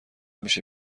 میشه